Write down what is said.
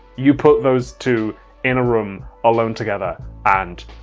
you put those two in a room alone together and